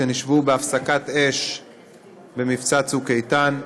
שנשבו בהפסקת אש במבצע צוק איתן.